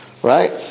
Right